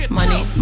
money